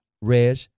Reg